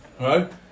Right